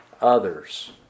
others